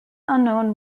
unknown